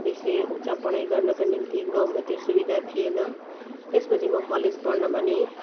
बेसी उच्च पढाइ गर्नको निम्ति गाउँमा त्यो सुविधा थिएन त्यसपछि म कलेज पढ्न भनी